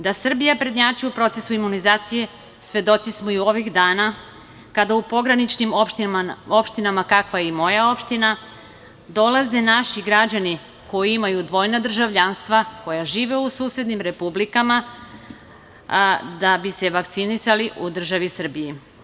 Da Srbija prednjači u procesu imunizacije svedoci smo i ovih dana kada u pograničnim opštinama kakva je i moja opština dolaze naši građani koji imaju dvojno državljanstvo, koja žive u susednim republikama, da bi se vakcinisali u državi Srbiji.